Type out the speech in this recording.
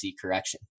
correction